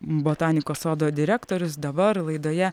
botanikos sodo direktorius dabar laidoje